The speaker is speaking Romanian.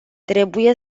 trebuie